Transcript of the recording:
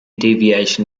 deviation